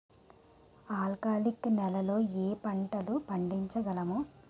ఆల్కాలిక్ నెలలో ఏ పంటలు పండించగలము?